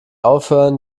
aufhören